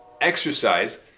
exercise